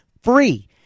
free